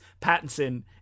Pattinson